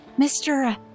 Mr